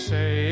Say